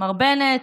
מר בנט,